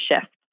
shift